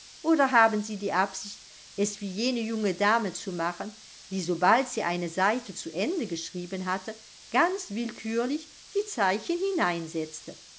oder haben sie die absicht es wie jene junge dame zu machen die sobald sie eine seite zu ende geschrieben hatte ganz willkürlich die zeichen